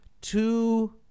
two